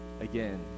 again